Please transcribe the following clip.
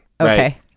Okay